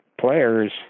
Players